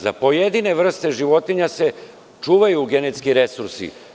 Za pojedine vrste životinja se čuvaju genetski resursi.